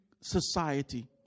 society